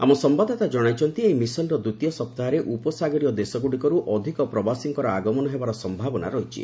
ଆମ ସମ୍ଭାଦଦାତା ଜଣାଇଛନ୍ତି ଏହି ମିଶନ୍ର ଦ୍ୱିତୀୟ ସପ୍ତାହରେ ଉପସାଗରୀୟ ଦେଶଗୁଡ଼ିକରୁ ଅଧିକ ପ୍ରବାସୀଙ୍କର ଆଗମନ ହେବାର ସମ୍ଭାବନା ରହିଛି